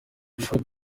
ibikorwa